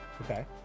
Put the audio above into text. Okay